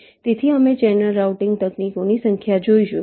તેથી અમે channel routing તકનીકોની સંખ્યા જોઈશું